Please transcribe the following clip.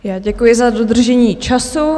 Já děkuji za dodržení času.